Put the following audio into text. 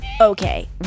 Okay